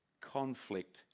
conflict